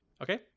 Okay